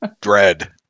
dread